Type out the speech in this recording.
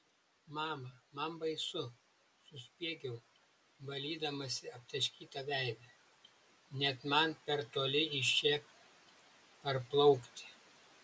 mama man baisu suspiegiau valydamasi aptaškytą veidą net man per toli iš čia parplaukti